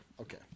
Okay